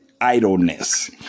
idleness